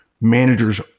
managers